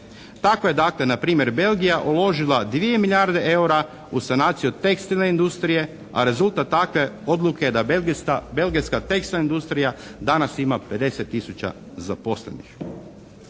Tako je dakle npr. Belgija uložila 2 milijarde eura u sanaciju tekstilne industrije, a rezultat takve odluke da belgijska tekstilna industrija danas ima 50 tisuća zaposlenih.